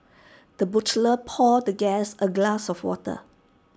the butler poured the guest A glass of water